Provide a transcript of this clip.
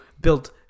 built